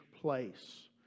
place